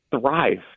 thrive